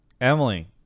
Emily